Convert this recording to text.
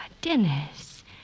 Dennis